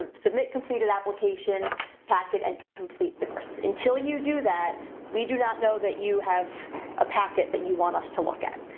ah submit completed application packet and complete the rest until you do that we do not know that you have a packet that you want us to look at.